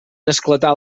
esclatar